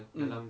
mm